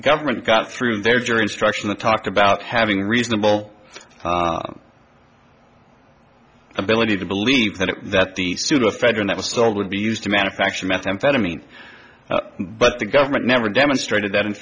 government got through their jury instruction to talk about having reasonable ability to believe that that the pseudoephedrine that was sold would be used to manufacture methamphetamine but the government never demonstrated that in